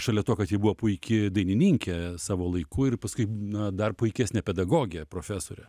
šalia to kad ji buvo puiki dainininkė savo laikų ir paskui na dar puikesnė pedagogė profesorė